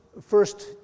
first